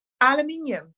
aluminium